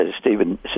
Stephen